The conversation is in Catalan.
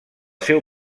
seu